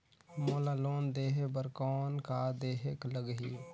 मोला लोन लेहे बर कौन का देहेक लगही?